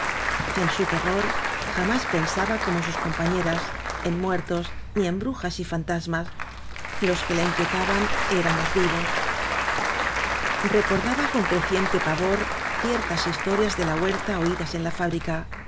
en su terror jamás pensaba como sus compañeras en muertos ni en brujas y fantasmas los que la inquietaban eran los vivos recordaba con creciente pavor ciertas historias de la huerta oídas en la fábrica